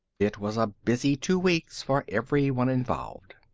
it was a busy two weeks for everyone involved.